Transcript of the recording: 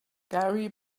gary